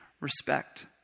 respect